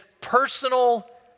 personal